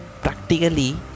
practically